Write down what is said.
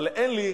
אבל אין לי,